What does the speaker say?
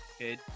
Okay